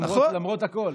למרות הכול.